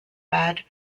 bed